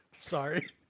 Sorry